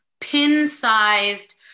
pin-sized